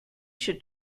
should